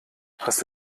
hast